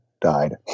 died